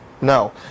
no